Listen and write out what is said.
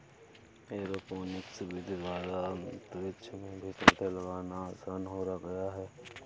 aeroponics विधि द्वारा अंतरिक्ष में भी पौधे लगाना आसान हो गया है